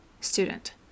Student